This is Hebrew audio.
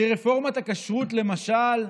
שרפורמת הכשרות, למשל,